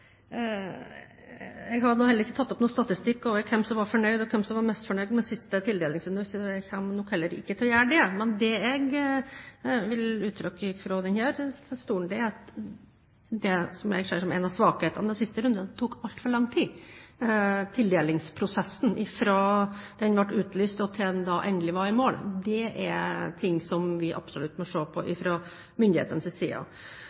Jeg har da heller ikke tatt opp noen statistikk over hvem som var fornøyd, og hvem som var misfornøyd med siste tildelingsrunde, og jeg kommer nok heller ikke til å gjøre det. Men det jeg vil uttrykke fra denne talerstolen, er at det jeg ser som en av svakhetene i siste runde, var at tildelingsprosessen tok altfor lang tid fra den ble utlyst, og til den endelig var i mål. Det er ting vi absolutt må se på fra myndighetenes side.